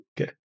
Okay